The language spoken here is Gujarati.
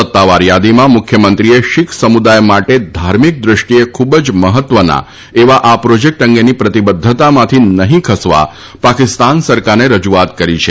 સત્તાવાર થાદીમાં મુખ્યમંત્રીએ શીખ સમુદાથ માટે ધાર્મિક દૃષ્ટિએ ખૂબ જ મહત્વના એવા આ પ્રોજેક્ટ અંગેની પ્રતિબદ્વતામાંથી નહીં ખસવા પાકિસ્તાન સરકારને રજુઆત કરી છે